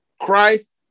Christ